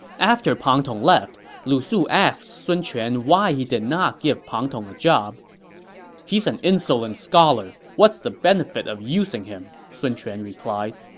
after pang tong left, lu su asked sun quan why he did not give pang tong a job he's an insolent scholar. what's the benefit of using him? sun quan replied